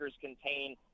contain